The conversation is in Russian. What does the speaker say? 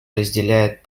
разделяет